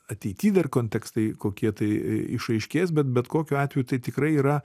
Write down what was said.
ateity dar kontekstai kokie tai išaiškės bet bet kokiu atveju tai tikrai yra